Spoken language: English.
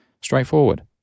straightforward